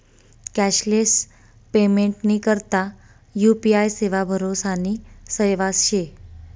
cashless पेमेंटनी करता UPI सेवा भरोसानी सेवा शे